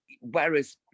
whereas